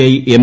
I M